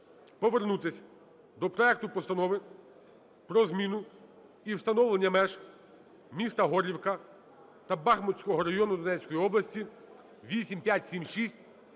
повернутися до проекту Постанови про зміну і встановлення меж міста Горлівки та Бахмутського району Донецької області (8576),